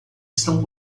estão